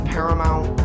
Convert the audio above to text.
Paramount